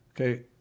okay